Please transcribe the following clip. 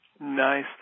Nice